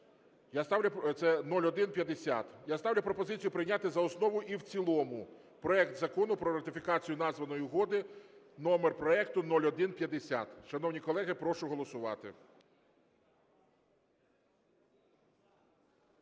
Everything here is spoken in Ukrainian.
Я ставлю пропозицію прийняти за основу і в цілому проект Закону про ратифікацію названої угоди, номер проекту 0150. Шановні колеги, прошу голосувати.